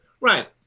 Right